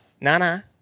Nana